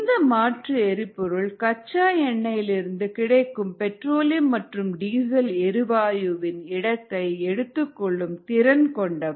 இந்த மாற்று எரிபொருள் கச்சா எண்ணெயிலிருந்து கிடைக்கும் பெட்ரோலியம் மற்றும் டீசல் எரிவாயுவின் இடத்தை எடுத்துக் கொள்ளும் திறன் கொண்டவை